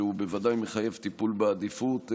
והוא בוודאי מחייב טיפול בעדיפות.